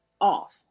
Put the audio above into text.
off